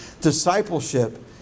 discipleship